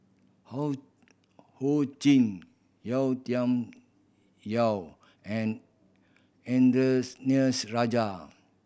Ho Ching Yau Tian Yau and Rajah